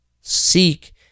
Seek